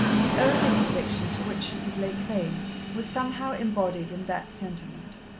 the only conviction to which she could lay claim was somehow embodied in that sentiment.